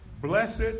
blessed